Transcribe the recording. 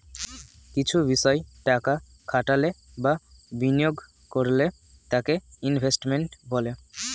কিছু বিষয় টাকা খাটালে বা বিনিয়োগ করলে তাকে ইনভেস্টমেন্ট বলে